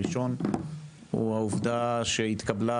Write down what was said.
הראשון הוא העובדה שהתקבלה,